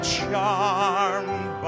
charmed